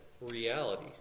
reality